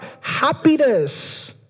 happiness